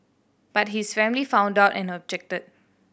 but his family found out and objected